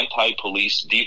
anti-police